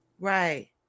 Right